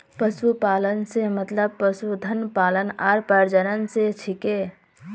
पशुपालन स मतलब पशुधन पालन आर प्रजनन स छिके